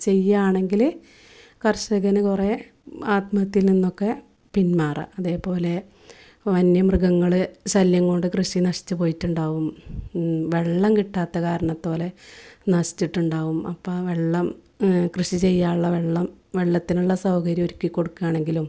ചെയുവാണെങ്കിൽ കർഷകന് കുറേ ആത്മഹത്യയിൽ നിന്നൊക്കെ പിന്മാറാം അതേപോലെ വന്യമൃഗങ്ങൾ ശല്യം കൊണ്ട് കൃഷി നശിച്ചു പോയിട്ടുണ്ടാവും വെള്ളം കിട്ടാത്ത കാരണത്തോലെ നശിച്ചിട്ടുണ്ടാവും അപ്പം വെള്ളം കൃഷി ചെയ്യാനുള്ള വെള്ളം വെള്ളത്തിനുള്ള സൗകര്യം ഒരുക്കി കൊടുക്കുവാണെങ്കിലും